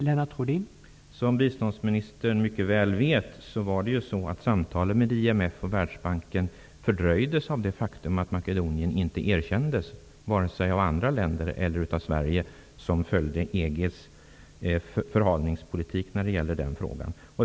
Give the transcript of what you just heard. Herr talman! Som biståndsministern mycket väl vet fördröjdes samtalen med IMF och Världsbanken av det faktum att Makedonien inte erkändes, vare sig av andra länder eller av Sverige. Vi följde EG:s förhalningspolitik i den frågan.